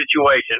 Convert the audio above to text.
situation